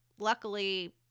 luckily